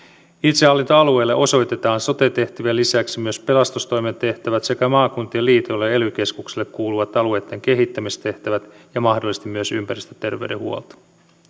itsehallintoalueille osoitetaan sote tehtävien lisäksi myös pelastustoimen tehtävät sekä maakuntien liitoille ja ely keskuksille kuuluvat alueitten kehittämistehtävät ja mahdollisesti myös ympäristöterveydenhuolto